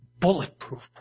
bulletproof